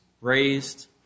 raised